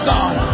God